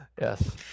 Yes